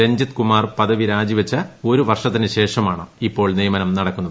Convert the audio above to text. രഞ്ജിത്ത് കുമാർ പദവി രാജിവച്ച് ഒരു വർഷത്തിന് ശേഷമാണ് ഇപ്പോൾ നിയമനം നടക്കുന്നത്